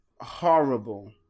horrible